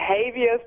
behaviors